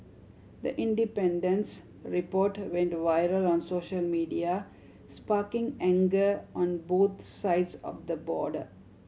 the Independent's report went viral on social media sparking anger on both sides of the border